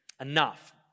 enough